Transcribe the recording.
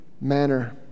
manner